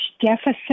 deficit